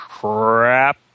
Crap